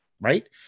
Right